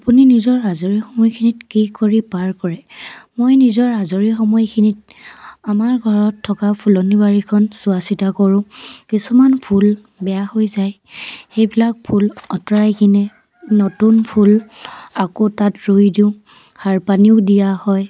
আপুনি নিজৰ আজৰি সময়খিনিত কি কৰি পাৰ কৰে মই নিজৰ আজৰি সময়খিনিত আমাৰ ঘৰত থকা ফুলনি বাৰীখন চোৱা চিতা কৰোঁ কিছুমান ফুল বেয়া হৈ যায় সেইবিলাক ফুল আঁতৰাই কিনে নতুন ফুল আকৌ তাত ৰুই দিওঁ সাৰ পানীও দিয়া হয়